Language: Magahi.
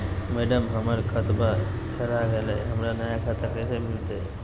मैडम, हमर खाता हेरा गेलई, हमरा नया खाता कैसे मिलते